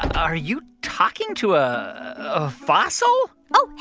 are you talking to ah a fossil? oh, hey,